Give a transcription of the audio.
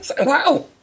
Wow